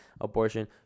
abortion